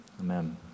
amen